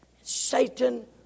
Satan